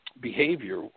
behavior